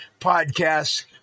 Podcast